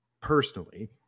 personally